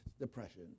depression